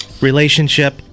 relationship